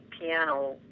piano